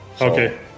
Okay